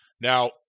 Now